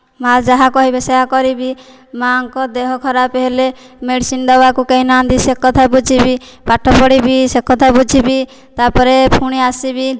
ମାଆ ଯାହା କହିବେ ସେଇୟା କରିବି ମାଙ୍କ ଦେହ ଖରାପ ହେଲେ ମେଡିସିନ ଦେବାକୁ କେହି ନାହାନ୍ତି ସେ କଥା ବୁଝିବି ପାଠ ପଢ଼ିବି ସେ କଥା ବୁଝିବି ତାପରେ ପୁଣି ଆସିବି